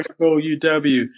UW